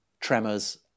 tremors